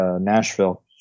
nashville